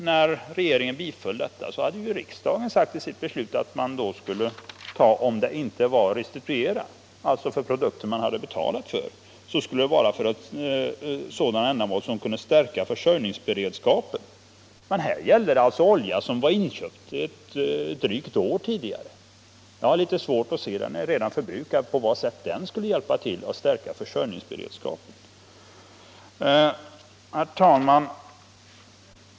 När regeringen biföll ansökan hade dessutom riksdagen i sitt beslut uttalat att bidrag, om det inte var fråga om restitution av avgifter, skulle avse sådana ändamål som kunde stärka försörjningsberedskapen. Här gällde det alltså olja som var inköpt ett drygt år tidigare. Den var redan förbrukad. Jag har svårt att se på vad sätt den skulle kunna stärka försörjningsberedskapen. Herr talman!